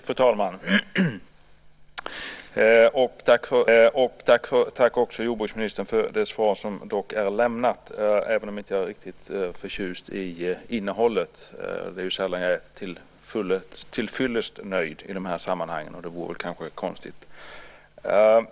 Fru talman! Tack, jordbruksministern, för svaret även om jag inte är riktigt förtjust i innehållet. Det är ju sällan jag är tillfyllest nöjd i de här sammanhangen, och det vore väl konstigt annars.